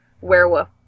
werewolf